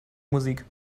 musik